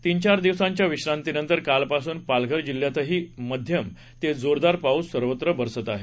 तीन चार दिवसांच्या विश्रांती नंतर कालपासून पालघर जिल्ह्यातही मध्यम ते जोरदार पाऊस सर्वत्र बरसत आहे